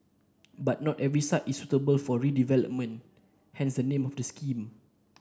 but not every site is suitable for redevelopment hence the name of the scheme